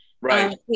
Right